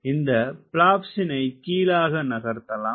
இந்த பிளாப்ஸினை கீழாக நகர்த்தலாம்